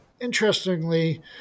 interestingly